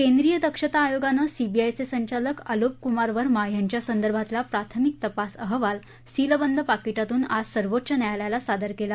केंद्रीय दक्षता आयोगानं सीबीआयचे संचालक आलोक कुमार वर्मा यांच्या संदर्भातला प्राथमिक तपास अहवाल सीलबंद पाकीटातून आज सर्वोच्च न्यायालयाला सादर केला